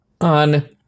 on